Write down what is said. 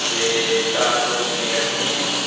ते तार तूर किन्नी लग्गनी ऐ